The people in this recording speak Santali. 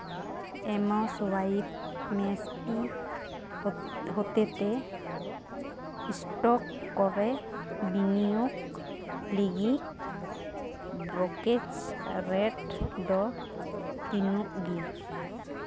ᱮᱢᱥᱼᱳᱣᱟᱭᱤᱯ ᱢᱮᱥᱯᱤ ᱦᱚᱛᱮᱛᱮ ᱥᱴᱚᱠ ᱠᱚᱨᱮ ᱵᱤᱱᱤᱭᱳᱜᱽ ᱞᱟᱹᱜᱤᱫ ᱵᱨᱚᱠᱮᱡᱽ ᱨᱮᱹᱴ ᱫᱚ ᱛᱤᱱᱟᱹᱜ ᱜᱮ